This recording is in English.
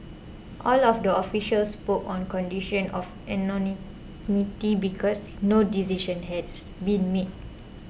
all of the officials spoke on condition of anonymity because no decision has been made